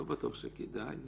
לא בטוח שכדאי,